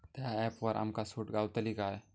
त्या ऍपवर आमका सूट गावतली काय?